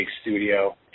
studio